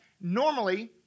normally